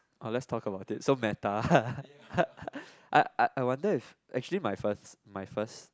oh let's talk about it so meta I I wonder if actually my first my first